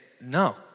no